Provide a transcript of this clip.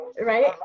right